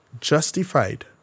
justified